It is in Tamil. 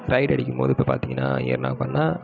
ரைடு அடிக்கும் போது இப்போ பார்த்திங்கன்னா என்ன இப்போனா